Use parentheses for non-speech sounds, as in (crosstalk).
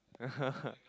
(laughs)